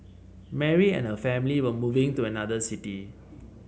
Mary and her family were moving to another city